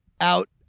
out